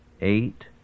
eight